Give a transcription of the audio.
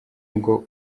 ngo